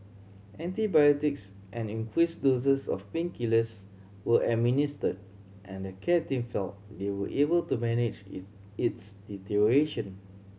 antibiotics and increase doses of painkillers were administer and the care team feel they were able to manage its its deterioration